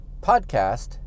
podcast